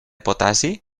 potassi